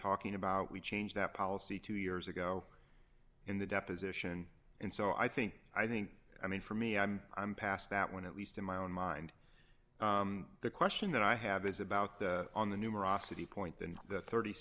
talking about we change that policy two years ago in the deposition and so i think i think i mean for me i'm i'm past that when at least in my own mind the question that i have is about the on the numerosity point than the thirty